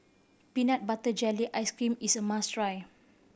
peanut butter jelly ice cream is a must try